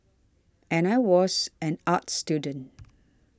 and I was an arts student